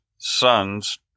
Sons